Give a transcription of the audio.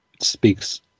speaks